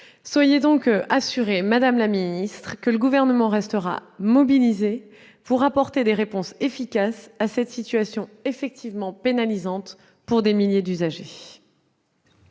Soyez donc assurée, madame la sénatrice, que le Gouvernement restera mobilisé pour apporter des réponses efficaces à une situation effectivement pénalisante pour des milliers d'usagers.